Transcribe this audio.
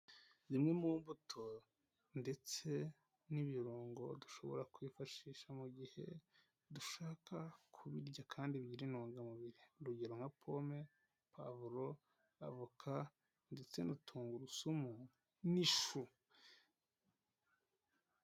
Zimwe mu mbuto ndetse n'ibirungo dushobora kwifashisha mu gihe dushaka kubirya kandi biri intungamubiri, urugero nka pome pavuro, avoka ndetse na tungurusumu n'ishu.